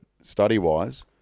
study-wise